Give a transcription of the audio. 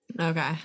Okay